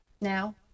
Now